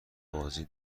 بازی